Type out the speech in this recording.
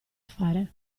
fare